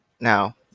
Now